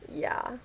ya